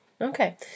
Okay